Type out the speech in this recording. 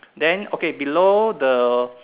then okay below the